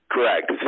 Correct